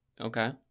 Okay